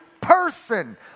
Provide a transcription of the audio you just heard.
person